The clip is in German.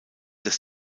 des